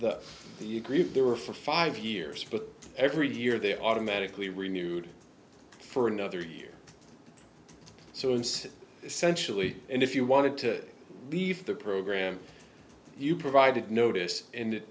the agreed they were for five years but every year they automatically renewed for another year so it's essentially and if you wanted to leave the program you provided notice and it